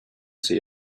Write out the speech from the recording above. see